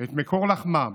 את מקור לחמם